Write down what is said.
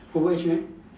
overage meh